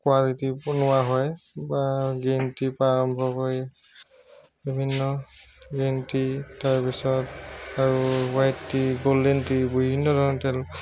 quality বনোৱা হয় বা গ্ৰীণ টিৰ পৰা আৰম্ভ কৰি বিভিন্ন গ্ৰীণ টি তাৰপিছত আৰু হোৱাইট টি গল্ডেন টি বিভিন্ন ধৰণৰ তেল